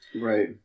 Right